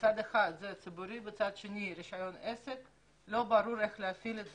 מצד אחד זה ציבורי ומצד שני זה רישיון עסק ולא ברור איך להפעיל את זה.